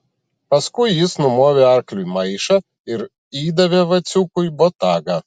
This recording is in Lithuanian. paskui jis numovė arkliui maišą ir įdavė vaciukui botagą